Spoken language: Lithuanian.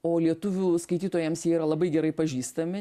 o lietuvių skaitytojams jie yra labai gerai pažįstami